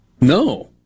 No